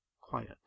quiet